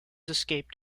escaped